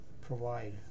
provide